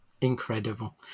Incredible